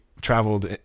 traveled